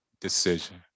decision